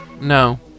No